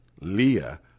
Leah